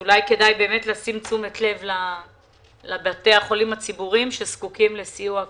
אולי כדאי הקדיש תשומת לב לבתי החולים הציבוריים שזקוקים לסיוע כספי.